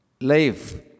Life